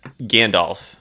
Gandalf